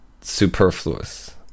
superfluous